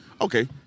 okay